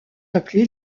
appelés